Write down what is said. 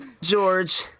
George